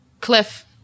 Cliff